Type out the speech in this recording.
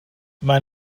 mae